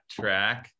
track